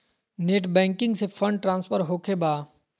Net banking से fund transfer होखें बा?